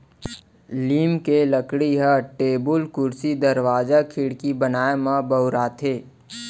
लीम के लकड़ी ह टेबुल, कुरसी, दरवाजा, खिड़की बनाए म बउराथे